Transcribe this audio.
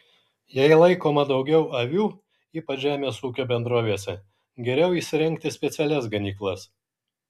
jei laikoma daugiau avių ypač žemės ūkio bendrovėse geriau įsirengti specialias ganyklas